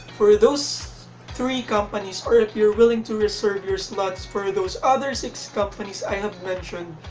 for those three companies or if you're willing to reserve your slots for those other six companies i have mentioned,